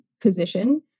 position